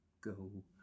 Go